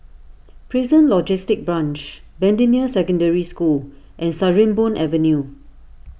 Prison Logistic Branch Bendemeer Secondary School and Sarimbun Avenue